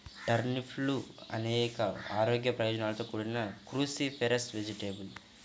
టర్నిప్లు అనేక ఆరోగ్య ప్రయోజనాలతో కూడిన క్రూసిఫరస్ వెజిటేబుల్